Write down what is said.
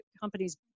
companies